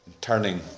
turning